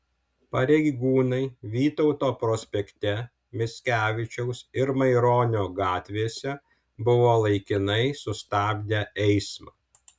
pareigūnai vytauto prospekte mickevičiaus ir maironio gatvėse buvo laikinai sustabdę eismą